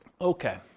Okay